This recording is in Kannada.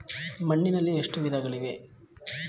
ಮಣ್ಣಿನಲ್ಲಿ ಎಷ್ಟು ವಿಧಗಳಿವೆ?